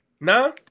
No